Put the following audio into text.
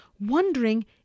wondering